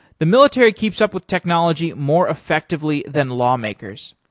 the military keeps up with technology more effectively than lawmakers.